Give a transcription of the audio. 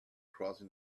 crossing